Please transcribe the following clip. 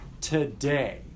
today